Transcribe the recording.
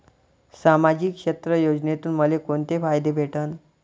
सामाजिक क्षेत्र योजनेतून मले कोंते फायदे भेटन?